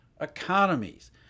economies